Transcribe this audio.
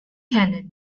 cannon